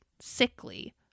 sickly